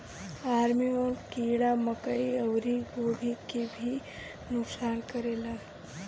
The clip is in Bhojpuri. आर्मी बर्म कीड़ा मकई अउरी गोभी के भी नुकसान करेला